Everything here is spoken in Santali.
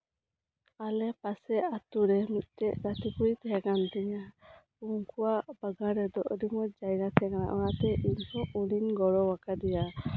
ᱟᱞᱮ ᱯᱟᱥᱮ ᱟᱹᱛᱩ ᱨᱮ ᱢᱤᱫᱴᱮᱡ ᱜᱟᱛᱮ ᱠᱩᱲᱤ ᱛᱟᱸᱦᱮ ᱠᱟᱱ ᱛᱤᱧ ᱟᱭ ᱩᱱᱠᱩ ᱟᱜ ᱚᱲᱟᱜ ᱨᱮᱫᱚ ᱟᱹᱰᱤ ᱢᱚᱸᱡ ᱡᱟᱭᱜᱟ ᱛᱟᱸᱦᱮ ᱠᱟᱱᱟ ᱚᱱᱟ ᱛᱮ ᱤᱧ ᱫᱚ ᱟᱹᱰᱤᱚᱧ ᱜᱚᱲᱚ ᱠᱟᱫᱮᱭᱟ